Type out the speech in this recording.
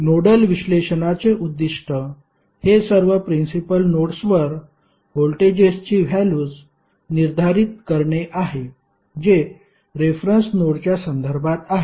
nodal विश्लेषणाचे उद्दीष्ट हे सर्व प्रिन्सिपल नोड्सवर व्होल्टेजेसची व्हॅल्युस निर्धारित करणे आहे जे रेफरन्स नोडच्या संदर्भात आहे